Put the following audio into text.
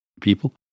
people